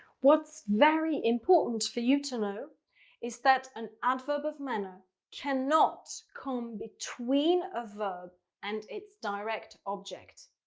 what's very important for you to know is that an adverb of manner cannot come between a verb and its direct object.